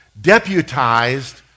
deputized